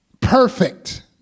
perfect